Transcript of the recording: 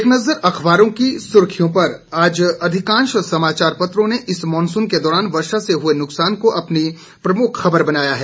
एक नजर अखबारों की सुर्खियों पर आज अधिकांश समाचारपत्रों ने इस मानसून के दौरान वर्षा से हुए नुक्सान को अपनी प्रमुख खबर बनाया है